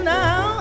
now